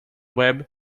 web